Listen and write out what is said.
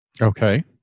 Okay